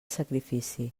sacrifici